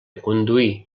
conduir